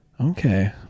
Okay